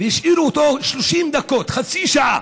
והשאירו אותו 30 דקות, חצי שעה?